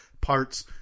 parts